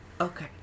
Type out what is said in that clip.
Okay